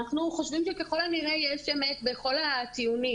אנחנו חושבים שככל הנראה יש אמת בכל הטיעונים,